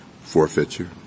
forfeiture